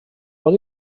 pot